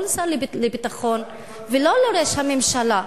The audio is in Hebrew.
ולא לשר הביטחון ולא לראש הממשלה.